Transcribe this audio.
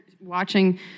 watching